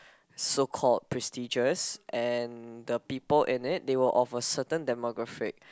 so called prestigious and the people in it they were of a certain demographic